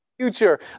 future